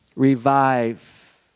revive